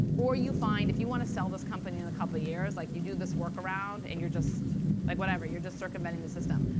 or you find if you want to sell this company in a couple of years, like you do this workaround and you're just like whatever. you're just circumventing the system.